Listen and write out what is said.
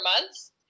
months